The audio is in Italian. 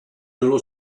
nello